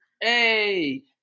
hey